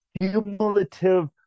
cumulative